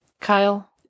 Kyle